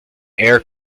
air